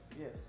Yes